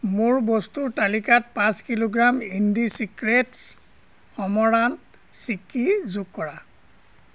মোৰ বস্তুৰ তালিকাত পাঁচ কিলোগ্ৰাম ইণ্ডিচিক্ৰেট্ছ অমৰান্ত চিক্কি যোগ কৰা